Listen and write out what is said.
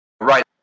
Right